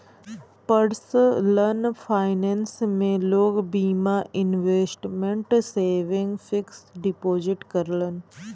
personal finance में लोग बीमा, इन्वेसमटमेंट, सेविंग, फिक्स डिपोजिट करलन